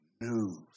news